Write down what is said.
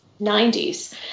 90s